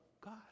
God